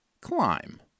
climb